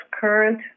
current